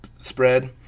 spread